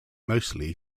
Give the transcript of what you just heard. mostly